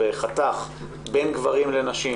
בחתך בין גברים לנשים,